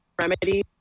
remedy